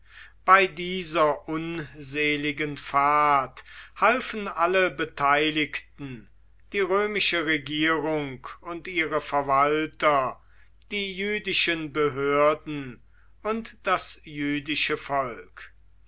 bei dieser unseligen fahrt halfen alle beteiligten die römische regierung und ihre verwalter die jüdischen behörden und das jüdische volk